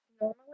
normally